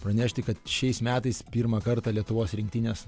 pranešti kad šiais metais pirmą kartą lietuvos rinktinės